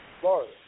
Florida